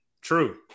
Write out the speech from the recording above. True